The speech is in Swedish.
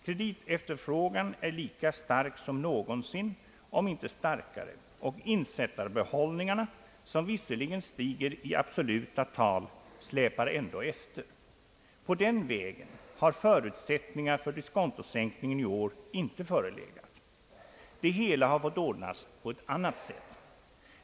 Kreditefterfrågan är lika stark som någonsin, om inte starkare, och insättarbehållningarna, som visserligen stiger i absoluta tal, släpar ändå efter. På den vägen har förutsättningar för diskontosänkningen i år inte förelegat. Det hela har fått ordnas på annat sätt.